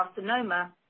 carcinoma